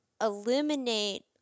eliminate